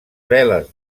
veles